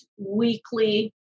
weekly